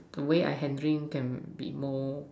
the way I handling then be more